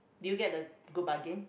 did you get the good bargain